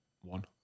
One